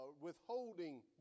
withholding